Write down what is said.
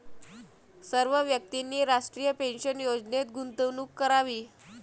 सर्व व्यक्तींनी राष्ट्रीय पेन्शन योजनेत गुंतवणूक करावी